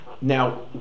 Now